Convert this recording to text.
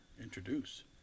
introduce